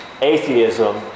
atheism